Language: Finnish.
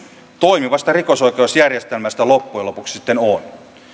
toimivasta rikosoikeusjärjestelmästä loppujen lopuksi sitten on